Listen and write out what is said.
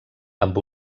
amb